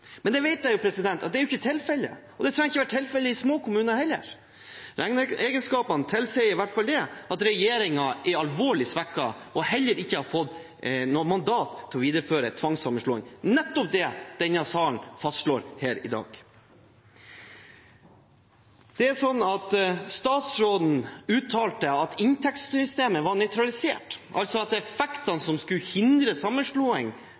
Men det vet jeg jo ikke er tilfellet! Og det trenger ikke være tilfellet i små kommuner heller. Regneegenskapene tilsier i hvert fall at regjeringen er alvorlig svekket og heller ikke har fått noe mandat til å videreføre tvangssammenslåing, nettopp det denne salen fastslår her i dag. Statsråden uttalte at inntektssystemet var «nøytralisert», altså at effektene som skulle hindre sammenslåing